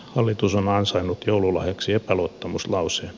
hallitus on ansainnut joululahjaksi epäluottamuslauseen